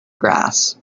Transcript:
grass